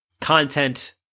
content